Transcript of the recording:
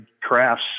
crafts